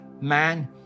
man